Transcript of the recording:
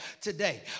today